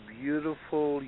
beautiful